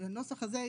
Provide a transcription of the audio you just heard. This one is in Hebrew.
בנוסח הזה,